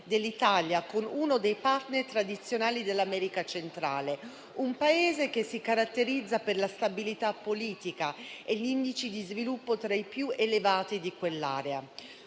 dell'Italia con uno dei *partner* tradizionali dell'America centrale, un Paese che si caratterizza per la stabilità politica e gli indici di sviluppo tra i più elevati di quell'area.